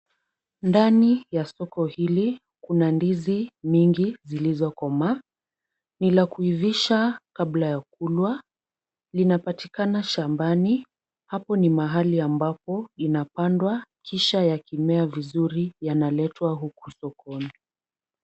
Ndani ya soko hili kuna ndizi nyingi zilizokomaa bila kuivishwa huku kukoma vinapatikana shambani. Hapo ni mahali ambapo inapandwa kisha yakimea vizuri yanaletwa huku sokoni.